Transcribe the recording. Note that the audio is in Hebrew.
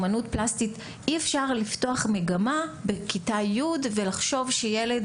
אומנות פלסטית אי אפשר לפתוח מגמה בכיתה י' ולחשוב שילד